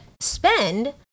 spend